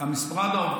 עמידה ביעדים.